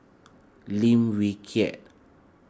Lim Wee Kiak